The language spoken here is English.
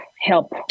help